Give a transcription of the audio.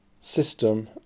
system